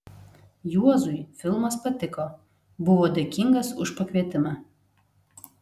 juozui filmas patiko buvo dėkingas už pakvietimą